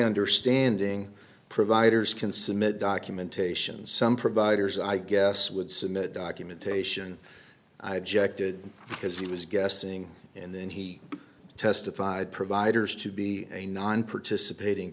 understanding providers can submit documentation some providers i guess would submit documentation i objected because he was guessing and then he testified providers to be a nonparticipating